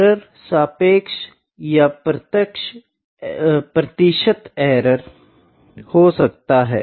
error सापेक्ष या प्रतिशत एरर हो सकता है